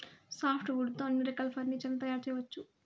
soft wood తో అన్ని రకాల ఫర్నీచర్ లను తయారు చేయవచ్చు